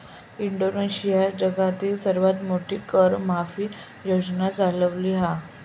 इंडोनेशियानं जगातली सर्वात मोठी कर माफी योजना चालवली हा